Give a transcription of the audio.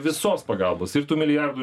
visos pagalbos ir tų milijardų